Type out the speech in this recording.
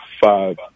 five